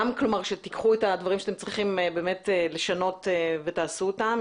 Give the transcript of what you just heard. שתיקחו את הדברים שאתם צריכים לשנות ותעשו אותם,